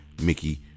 Mickey